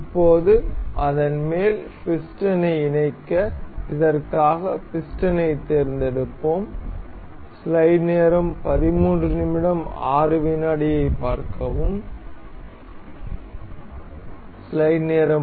இப்போது அதன் மேல் பிஸ்டனை இணைக்க இதற்காக பிஸ்டனைத் தேர்ந்தெடுப்போம்